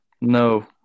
No